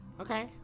okay